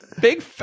big